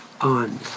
on